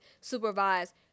supervise